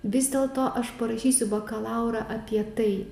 vis dėlto aš parašysiu bakalaurą apie tai